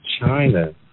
China